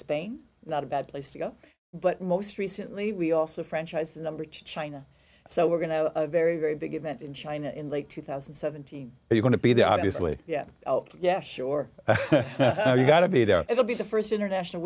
spain not a bad place to go but most recently we also franchised the number to china so we're going to have a very very big event in china in late two thousand and seventeen you're going to be there obviously yeah yeah sure you got to be there it'll be the first international